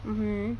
mmhmm